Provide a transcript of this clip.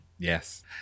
Yes